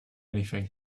anything